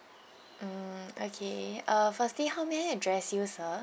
mm okay uh firstly how may I address you sir